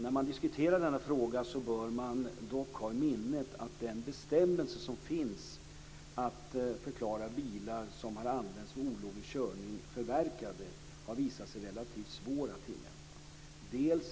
När man diskuterar denna fråga bör man dock ha i minnet att den bestämmelse som finns för att förklara bilar som har använts för olovlig körning förverkade har visat sig relativt svår att tillämpa.